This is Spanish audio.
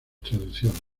traducciones